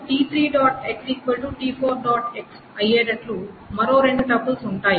X అయ్యేటట్లు మరో రెండు టపుల్స్ ఉంటాయి